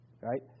Right